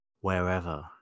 Wherever